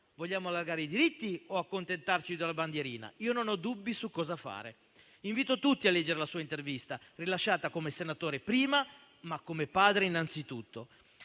Vogliamo allargare i diritti o accontentarci della bandierina? Io non ho dubbi su cosa fare». Invito tutti a leggere la sua intervista, rilasciata come senatore, ma come padre innanzitutto.